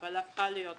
אבל הפכה להיות חובה.